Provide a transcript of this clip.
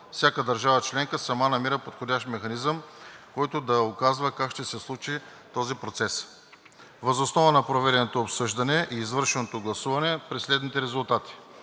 всяка държава членка сама намира подходящ механизъм, който да указва как ще се случва този процес. Въз основа на проведеното обсъждане и извършеното гласуване при следните резултати: